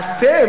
אתם,